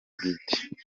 bwite